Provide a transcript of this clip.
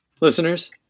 Listeners